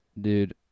Dude